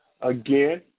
Again